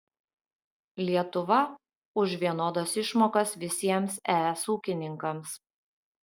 lietuva už vienodas išmokas visiems es ūkininkams